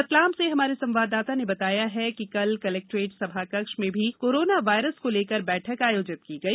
रतलाम से हमारे संवाददाता ने बताया है कि कल कलेक्ट्रेट सभाकक्ष में भी कोरोना वायरस को लेकर बैठक आयोजित की गई